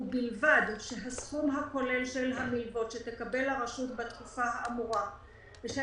ובלבד שהסכום הכולל של המילוות שתקבל הרשות בתקופה האמורה ושל